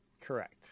Correct